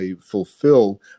fulfill